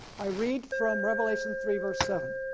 i read from revelation three verse seven.